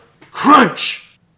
crunch